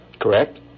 Correct